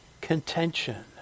contention